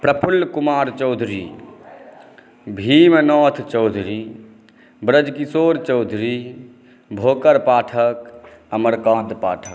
Prafulla Kumar Chaudhary Bhimnath Chaudhary Brajkishore Chaudhary Bhokar Pathak Amarkant Pathak